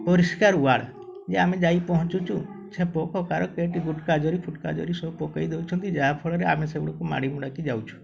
ପରିଷ୍କାର ୱାର୍ଡ଼ ଯେ ଆମେ ଯାଇ ପହଞ୍ଚୁଛୁ ସେ ପୋକ କେହି ଗୁଟ୍କା ଜରି ଫୁଟ୍କା ଜରି ସବୁ ପକେଇ ଦେଉଛନ୍ତି ଯାହାଫଳରେ ଆମେ ସେଗୁଡ଼ିକୁ ମାଡ଼ିମୁଡ଼ାକି ଯାଉଛୁ